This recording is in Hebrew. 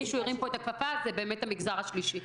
מי שהרים פה את הכפפה זה באמת המגזר השלישי.